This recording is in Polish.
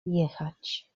jechać